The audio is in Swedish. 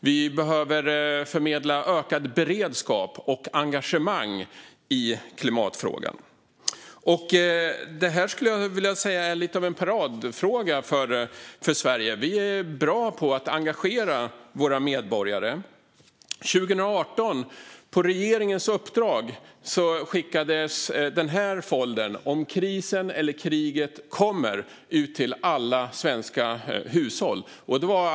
Vi behöver förmedla ökad beredskap och ökat engagemang i klimatfrågan. Detta är lite av en paradfråga för Sverige. Vi är bra på att engagera våra medborgare. År 2018 skickades på direkt uppdrag av den svenska regeringen foldern Om krisen eller kriget kommer ut till alla svenska hushåll.